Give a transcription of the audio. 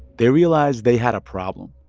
they realized they had a problem.